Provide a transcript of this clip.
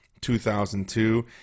2002